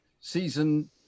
season